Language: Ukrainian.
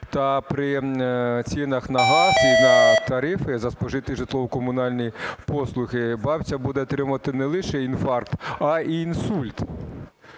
та при цінах на газ і на тарифи за спожиті житлово-комунальні послуги бабця буде отримувати не лише інфаркт, а й інсульт.